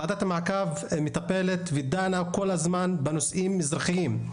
ועדת המעקב מטפלת ודנה כל הזמן בנושאים אזרחיים,